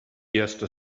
erste